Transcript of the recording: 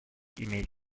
иметь